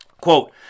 Quote